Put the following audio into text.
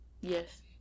Yes